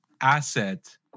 asset